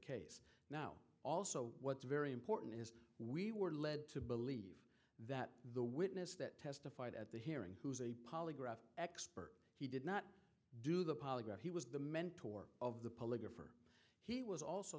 case now also what's very important is we were led to believe that the witness that testified at the hearing who is a polygraph expert he did not do the polygraph he was the mentor of the